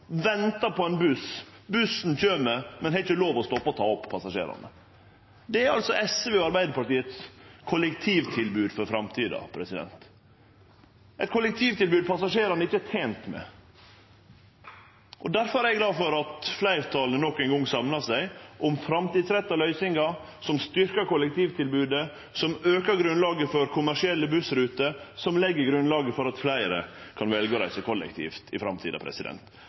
på ein buss, bussen kjem, men han har ikkje lov til å stoppe og ta opp passasjerane. Det er altså SVs og Arbeidarpartiets kollektivtilbod for framtida – eit kollektivtilbod passasjerane ikkje er tente med. Difor er eg glad for at fleirtalet nok eingong samlar seg om framtidsretta løysingar som styrkjer kollektivtilbodet, som aukar grunnlaget for kommersielle bussruter, og som legg grunnlaget for at fleire kan velje å reise kollektivt i framtida.